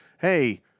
hey